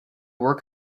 work